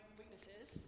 weaknesses